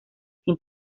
sin